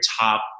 top